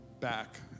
back